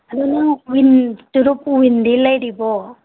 ꯑꯗꯨ ꯅꯪ ꯋꯤꯟ ꯆꯨꯔꯨꯞ ꯋꯤꯟꯗꯤ ꯂꯩꯔꯤꯕꯣ